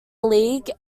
league